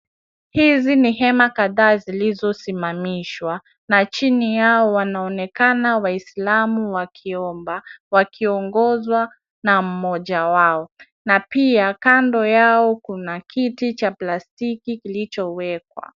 Hizi ni hema kadhaa zilizosimamishwa na chini yao wanaonekana Waislamu wakiomba wakiongozwa na mmoja wao na pia kando yao kuna kiti cha plastiki kilichowekwa.